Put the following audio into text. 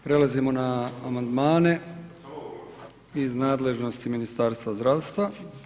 Prelazimo na amandmane iz nadležnosti Ministarstva zdravstva.